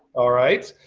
alright.